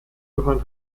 johann